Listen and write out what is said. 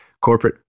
Corporate